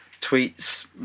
Tweets